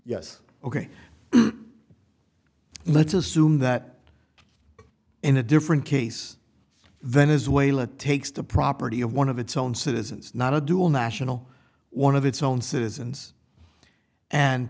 yes ok let's assume that in a different case venezuela takes the property of one of its own citizens not a dual national one of its own citizens and